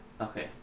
okay